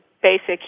basic